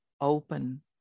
open